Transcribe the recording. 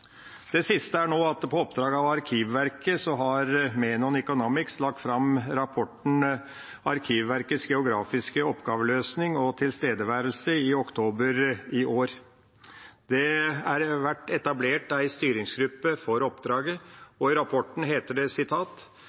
Det siste nå er at Menon Economics på oppdrag fra Arkivverket i oktober i år la fram rapporten «Arkivverkets geografiske oppgaveløsing og tilstedeværelse». Det har vært opprettet en styringsgruppe for oppdraget, og i rapporten heter det: